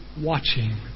watching